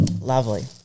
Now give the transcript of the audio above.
Lovely